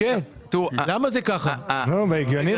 מי בעד קבלת הרוויזיה?